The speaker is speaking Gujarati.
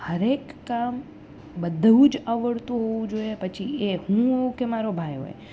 દરેક કામ બધું જ આવડતું હોવું જોઈએ પછી એ હું હોઉં કે મારો ભાઈ હોય